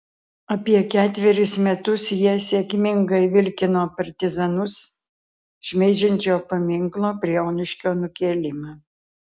apie ketverius metus jie sėkmingai vilkino partizanus šmeižiančio paminklo prie onuškio nukėlimą